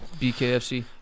BKFC